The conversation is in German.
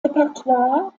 repertoire